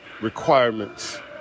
requirements